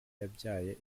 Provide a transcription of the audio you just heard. yabyaye